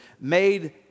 made